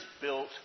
built